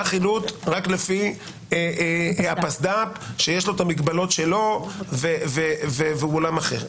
היה חילוט רק לפי הפסד"פ שיש לו המגבלות שלו והוא עולם אחר.